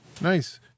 Nice